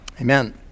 amen